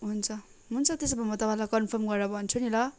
हुन्छ त्यसो भए म तपाईँलाई कन्फर्म गरेर भन्छु नि ल